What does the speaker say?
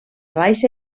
baixa